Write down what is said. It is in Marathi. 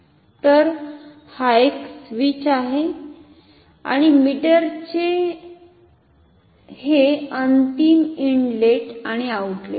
तर हा एक स्विच आहे आणि मीटरचे हे अंतिम इनलेट आणि आउटलेट आहे